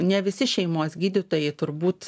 ne visi šeimos gydytojai turbūt